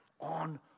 on